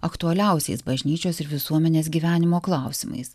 aktualiausiais bažnyčios ir visuomenės gyvenimo klausimais